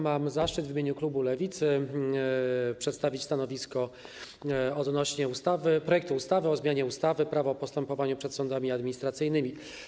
Mam zaszczyt w imieniu klubu Lewicy przedstawić stanowisko odnośnie do projektu ustawy o zmianie ustawy - Prawo o postępowaniu przed sądami administracyjnymi.